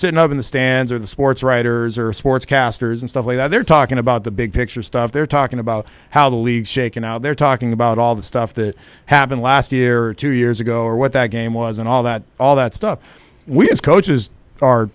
sitting up in the stands or the sports writers or sportscasters and stuff like that they're talking about the big picture stuff they're talking about how the league shaking now they're talking about all the stuff that happened last year or two years ago or what that game was and all that all that stuff we as coaches are